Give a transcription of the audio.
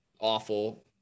awful